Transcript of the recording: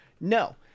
No